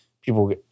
people